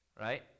right